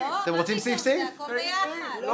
רביזיה מס' 2 של --- לא.